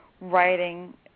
writing